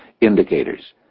indicators